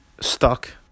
stuck